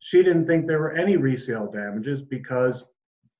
she didn't think there were any resale damages because